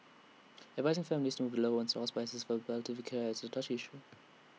advising families to move loved ones hospices for palliative care is A touchy issue